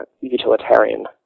utilitarian